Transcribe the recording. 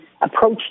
approach